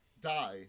Die